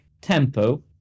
tempo